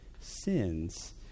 sins